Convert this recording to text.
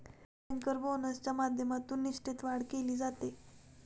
banker बोनसच्या माध्यमातून निष्ठेत वाढ केली जाते